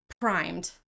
primed